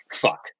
fuck